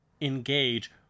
engage